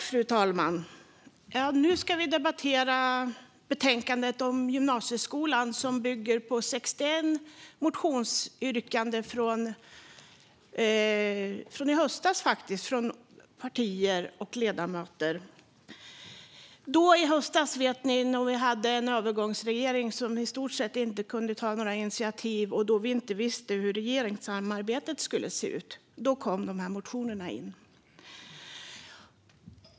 Fru talman! Nu ska vi debattera betänkandet om gymnasieskolan, som bygger på 61 motionsyrkanden från i höstas från partier och ledamöter. I höstas vet ni att vi hade en övergångsregering som i stort sett inte kunde ta några initiativ, och vi visste inte hur regeringssamarbetet skulle se ut. Då kom de här motionerna in.